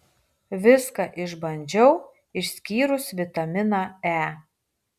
viską išbandžiau išskyrus vitaminą e